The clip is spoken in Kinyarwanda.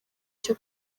cyo